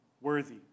worthy